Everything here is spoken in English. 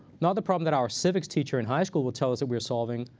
not the problem that our civics teacher in high school will tell us that we are solving,